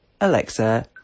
alexa